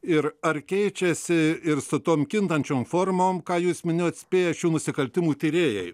ir ar keičiasi ir statome kintančiom formom ką jūs minėjote spėja šių nusikaltimų tyrėjai